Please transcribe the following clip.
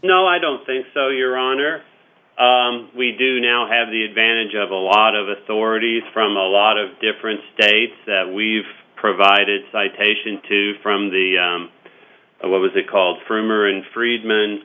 no i don't think so your honor we do now have the advantage of a lot of authorities from a lot of different states that we've provided citation to from the what was it called for him or in friedman